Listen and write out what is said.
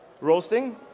Roasting